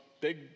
big